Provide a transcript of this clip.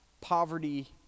poverty